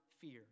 fear